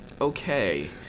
okay